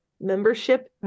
Membership